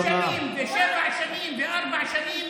אבל עשר שנים ושבע שנים וארבע שנים,